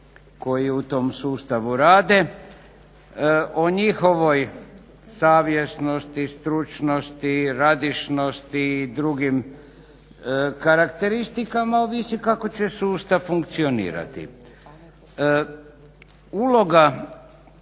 koji u tom sustavu rade. O njihovoj savjesnosti, stručnosti, radišnosti i drugim karakteristikama ovisi kako će sustav funkcionirati. Uloga